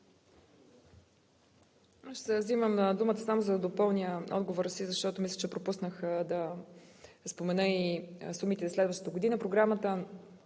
Аз вземам думата само да допълня отговора си, защото мисля, че пропуснах да спомена и сумите за следващата година. Програмата